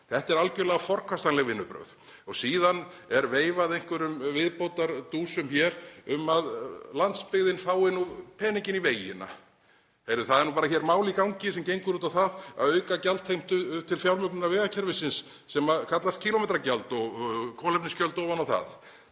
Þetta eru algjörlega forkastanleg vinnubrögð. Og síðan er veifað einhverjum viðbótardúsum hér um að landsbyggðin fái nú peninginn í vegina. Heyrðu, það er nú bara mál hér í gangi sem gengur út á það að auka gjaldheimtu til fjármögnunar vegakerfisins sem kallast kílómetragjald og kolefnisgjöld ofan á það.